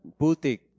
Butik